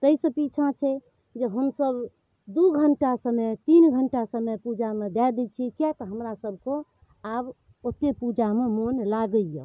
तैं सऽ पीछाँ छै जे हमसब दू घंटा समय तीन घंटा समय पूजामे दए दै छियै किए तऽ हमरा सबके आब ओते पूजामे मोन लागैया